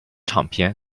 唱片